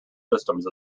systems